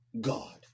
God